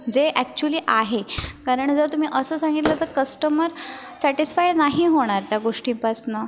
जे ॲक्चुली आहे कारण जर तुम्ही असं सांगितलं तर कस्टमर सॅटिसफाय नाही होणार त्या गोष्टीपासनं